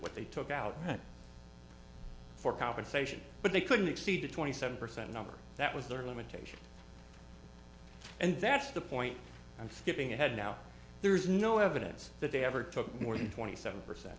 what they took out for compensation but they couldn't exceed the twenty seven percent number that was their limitation and that's the point i'm skipping ahead now there's no evidence that they ever took more than twenty seven per